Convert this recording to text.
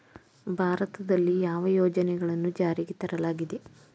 ಭಾರತದಲ್ಲಿ ಯಾವ ಯೋಜನೆಗಳನ್ನು ಜಾರಿಗೆ ತರಲಾಗಿದೆ?